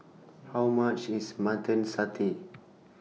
How much IS Mutton Satay